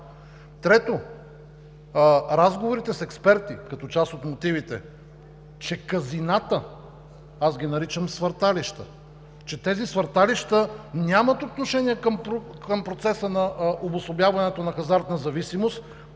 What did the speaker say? Трето, разговорите с експерти – като част от мотивите, че казината, аз ги наричам „свърталища“, че тези свърталища нямат отношение към процеса на обособяването на хазартна зависимост,